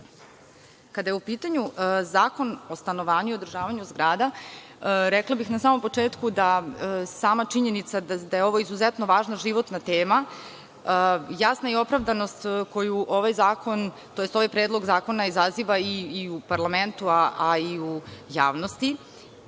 je u pitanju Zakon o stanovanju i održavanju zgrada, rekla bih na samom početku da sama činjenica da je ovo izuzetna životna tema. Jasna i opravdanost koju ovaj zakon tj. ovaj predlog zakona izaziva i u parlamentu, a i u javnosti